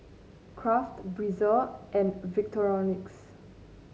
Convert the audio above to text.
Kraft Breezer and Victorinox